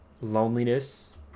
loneliness